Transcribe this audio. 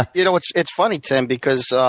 you know, it's it's funny, tim, because